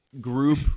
group